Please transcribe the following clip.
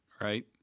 right